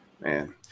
man